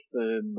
firm